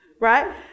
right